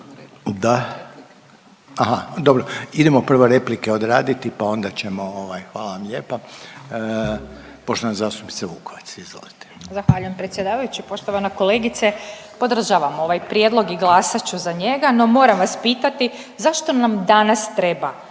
Da. Aha, dobro, idemo prvo replike odraditi, pa onda ćemo ovaj, hvala vam lijepa, poštovana zastupnica Vukovac, izvolite. **Vukovac, Ružica (Nezavisni)** Zahvaljujem predsjedavajući. Poštovana kolegice, podržavam ovaj prijedlog i glasat ću za njega, no moram vas pitati zašto nam danas treba